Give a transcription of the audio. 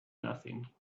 nothing